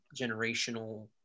generational